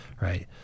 Right